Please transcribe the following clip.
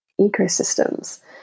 ecosystems